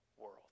world